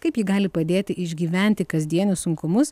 kaip ji gali padėti išgyventi kasdienius sunkumus